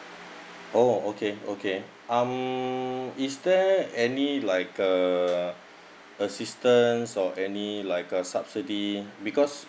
oh okay okay um is there any like uh assistance or any like a subsidy because